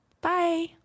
bye